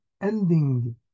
ending